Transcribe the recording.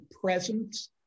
presence